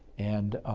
and,